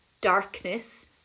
darkness